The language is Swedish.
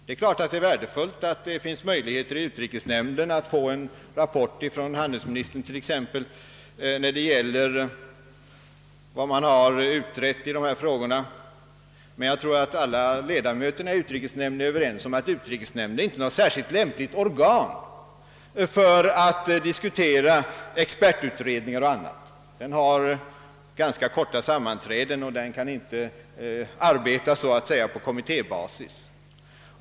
Det är naturligtvis värdefullt att det finns möjlighet att i utrikesnämnden få en rapport av handelsministern om t.ex. vilka utredningar som gjorts i dessa frågor, men jag tror att alla ledamöterna i utrikesnämnden är överens om att utrikesnämnden inte är något lämpligt organ för att diskutera expertutredningar. Den har ganska korta sammanträden och kan inte arbeta så att säga på kommittébasis.